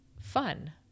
fun